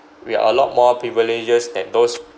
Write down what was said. we are a lot more privileges than those